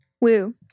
Woo